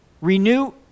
Renew